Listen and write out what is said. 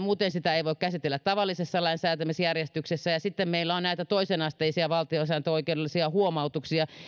muuten sitä ei voi käsitellä tavallisessa lainsäätämisjärjestyksessä ja sitten meillä on näitä toisenasteisia valtiosääntöoikeudellisia huomautuksia